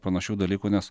panašių dalykų nes